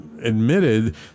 admitted